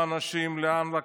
לאן לקחת,